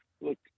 look